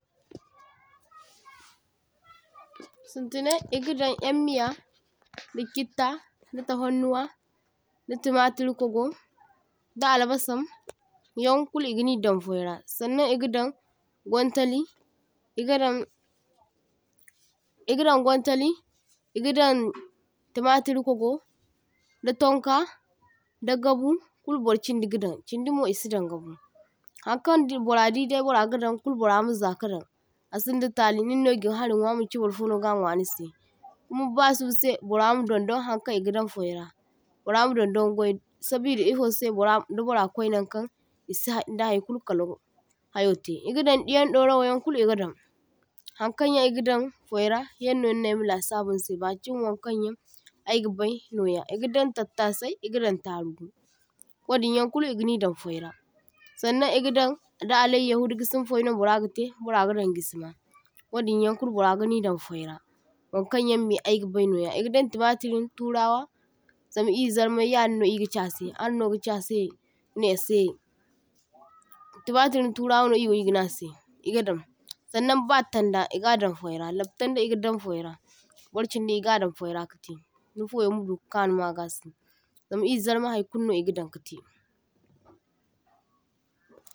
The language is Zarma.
toh – toh Sin tinai iga dan yaŋ miya da chitta da tafar nuwa da timatir kwako da albasaŋ yaŋ kulu igini dan foi ra, saŋna igi dan gwaŋtali igadan igadaŋ gwaŋtali igidaŋ timatir kwago da taŋkwa da gabu kulu bar chindi ga daŋ chindi mo isi dan gabu, hankaŋ d bara di de bara gadaŋ kul bara ma za ka daŋ asin da tali ninno gin hari nwa maŋchi barfono ga nwa nise, kuma ba suba se bara ma dundun hankaŋ iga dan foi ra, bara ma don don gwai sabida ifo se bora da bora kwai naŋ kan isi hai da hai kulu kal hayo te, igadaŋ diyan daurawa kulu iga daŋ, haŋkaŋ yaŋ iga daŋ foi ra yaŋ no nine aima lasabu nise bakiŋ waŋkaŋyaŋ aiga bai no ya. Igadaŋ tattasai igadaŋ ta ruhu wadinyaŋ kulu igani daŋ foi ra, saŋnaŋ iga dan da alayyahu da gisima foi no bara ga te bara gadaŋ gisima wadinyaŋ kulu bara gini dan foi ra, wankaŋ yaŋ me aiga bai noya. Igadaŋ tamatirin turawa zam ir zarmai yadinno irga chi ase anno ga chi ase ne se, timatirin turawa no iwo igaŋe ase iga daŋ, saŋnaŋ ba taŋda iga dan foi ra, lam taŋde iga daŋ foi ra bar chindi iga daŋ foi ra kate ni fayo madu ka kaŋu ma ga se zam ir zarma hay kulno igadaŋ kate